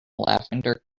lavender